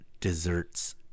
desserts